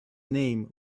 name